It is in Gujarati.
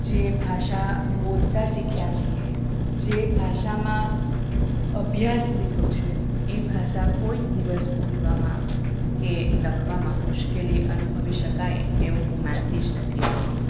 જે ભાષા બોલતા શીખ્યા છીએ જે ભાષામાં અભ્યાસ લીધો છે એ ભાષા કોઈ જ દિવસ બોલવામાં કે લખવામાં મુશ્કેલી અનુભવી શકાય એવું હું માનતી જ નથી